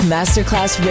Masterclass